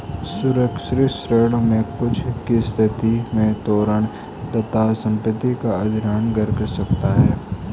सुरक्षित ऋण में चूक की स्थिति में तोरण दाता संपत्ति का अधिग्रहण कर सकता है